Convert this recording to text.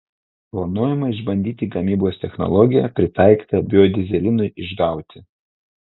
planuojama išbandyti gamybos technologiją pritaikytą biodyzelinui išgauti